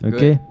Okay